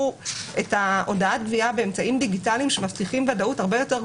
את הודעת הגבייה באמצעים דיגיטליים שמבטיחים ודאות הרבה יותר גבוהה,